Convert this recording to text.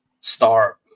start